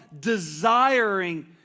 desiring